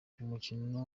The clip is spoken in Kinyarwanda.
umukino